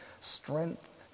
strength